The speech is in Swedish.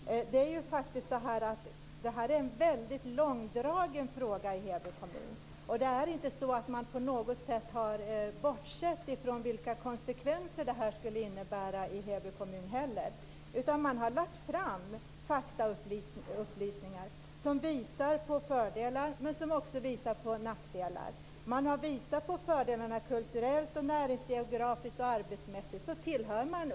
Det här är en väldigt långdragen fråga i Heby kommun. Man har inte på något sätt bortsett från vilka konsekvenser det skulle innebära för Heby kommun, utan man har lagt fram faktaupplysningar som visar på fördelar men också på nackdelar. Man har visat att man kulturellt, näringsgeografiskt och arbetsmässigt tillhör Uppland.